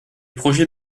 projets